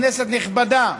כנסת נכבדה,